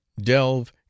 delve